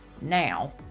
Now